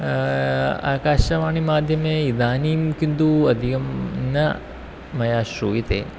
आकाशवाणीमाध्यमे इदानीं किन्तु अधिकं न मया श्रूयते